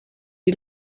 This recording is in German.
die